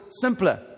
simpler